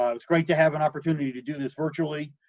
um it's great to have an opportunity to do this virtually.